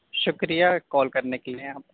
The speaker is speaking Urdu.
شکریہ کال کرنے کے لیے آپ کا